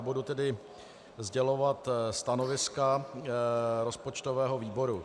Budu tedy sdělovat stanoviska rozpočtového výboru.